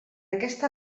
aquesta